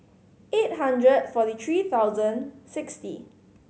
eight hundred forty three thousand sixty